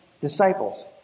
disciples